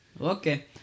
okay